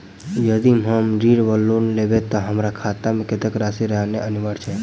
यदि हम ऋण वा लोन लेबै तऽ हमरा खाता मे कत्तेक राशि रहनैय अनिवार्य छैक?